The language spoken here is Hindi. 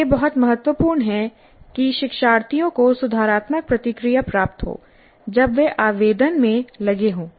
यह बहुत महत्वपूर्ण है कि शिक्षार्थियों को सुधारात्मक प्रतिक्रिया प्राप्त हो जब वे आवेदन में लगे हों